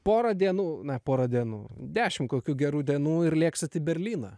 pora dienų na pora dienų dešim kokių gerų dienų ir lėksit į berlyną